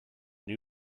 new